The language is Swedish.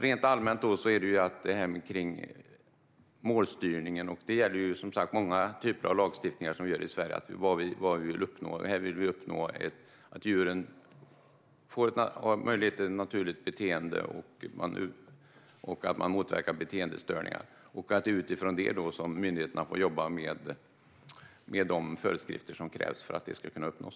Rent allmänt handlar det om detta med målstyrning, precis som med många andra typer av lagstiftning i Sverige: Vad är det vi vill uppnå? Här vill vi uppnå att djuren får möjlighet till naturligt beteende och att man motverkar beteendestörningar. Utifrån detta får myndigheterna jobba med de föreskrifter som krävs för att detta ska kunna uppnås.